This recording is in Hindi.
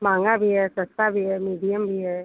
महँगा भी है सस्ता भी है मीडियम भी है